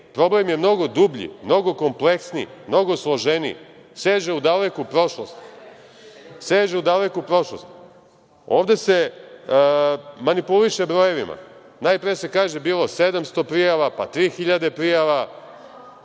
Problem je mnogo dublji, mnogo kompleksniji, mnogo složeniji. Seže u daleku prošlost. Ovde se manipuliše brojevima. Najpre se kaže - bilo 700 prijava, pa tri hiljade